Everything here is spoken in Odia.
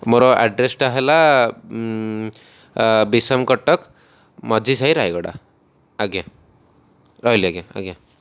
ମୋର ଆଡ଼୍ରେସ୍ଟା ହେଲା ବିଶମ କଟକ ମଝିସାଇ ରାଇଗଡ଼ା ଆଜ୍ଞା ରହିଲି ଆଜ୍ଞା ଆଜ୍ଞା